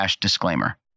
disclaimer